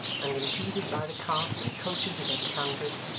and impeded by the carts and coaches it encountered,